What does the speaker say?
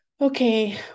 okay